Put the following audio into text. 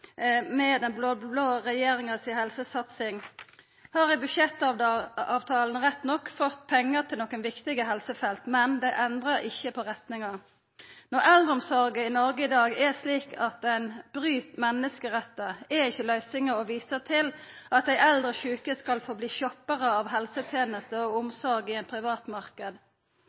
med den blå-blå regjeringas helsesatsing, har i budsjettavtalen rett nok fått pengar til nokon viktige helsefelt, men det endrar ikkje på retninga. Når eldreomsorg i Noreg i dag er slik at ein bryt menneskerettar, er ikkje løysinga å visa til at dei eldre sjuke skal få verta «shopparar» av helsetenester og omsorg i ein privat marknad.